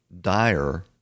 dire